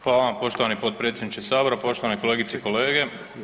Hvala vam poštovani potpredsjedniče sabora, poštovane kolegice i kolege.